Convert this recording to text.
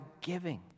giving